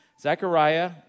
Zechariah